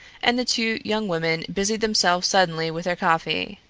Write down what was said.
and two young women busied themselves suddenly with their coffee.